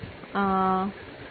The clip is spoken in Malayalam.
'ആആആ' 'മ്മ